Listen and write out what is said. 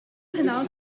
hinaus